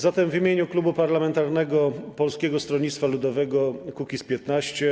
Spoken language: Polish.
Zatem w imieniu klubu parlamentarnego Polskiego Stronnictwa Ludowego - Kukiz15